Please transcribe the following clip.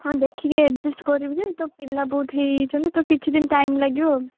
ହଁ ଦେଖିକି ଆଡ଼ଜଷ୍ଟ କରିବି ଯେ ତ ପିଲା ବହୁତ ହେଇଯାଇଛନ୍ତି ତ କିଛି ଦିନ ଟାଇମ୍ ଲାଗିବ ଆଉ